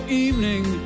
evening